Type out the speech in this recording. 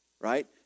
Right